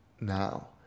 now